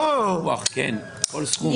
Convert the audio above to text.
לא,